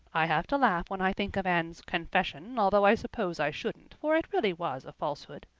i have to laugh when i think of anne's confession, although i suppose i shouldn't for it really was a falsehood.